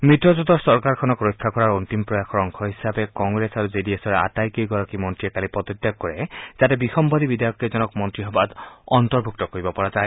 মিত্ৰজোঁটৰ চৰকাৰখনক ৰক্ষা কৰাৰ অন্তিম প্ৰয়াসৰ অংশ হিচাপে কংগেছ আৰু জে ডি এছৰ আটাইকেইগৰাকী মন্ত্ৰীয়ে কালি পদত্যাগ কৰে যাতে বিসম্বাদী বিধায়ককেইজনক মন্ত্ৰীসভাত অন্তৰ্ভুক্ত কৰিব পৰা যায়